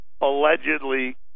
allegedly